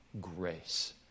grace